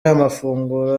amafunguro